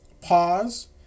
pause